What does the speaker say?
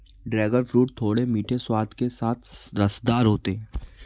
dragon fruit थोड़े मीठे स्वाद के साथ रसदार होता है